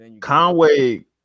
conway